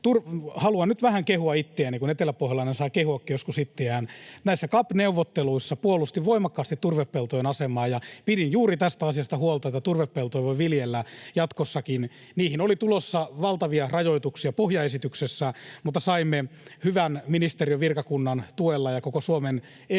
Haluan nyt vähän kehua itseäni, kuin eteläpohjalainen saa kehuakin joskus itseään. Näissä CAP-neuvotteluissa puolustin voimakkaasti turvepeltojen asemaa ja pidin juuri tästä asiasta huolta, että turvepeltoja voi viljellä jatkossakin. Niihin oli tulossa valtavia rajoituksia pohjaesityksessä, mutta saimme ministeriön hyvän virkakunnan tuella ja koko Suomen